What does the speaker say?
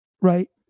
right